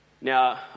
Now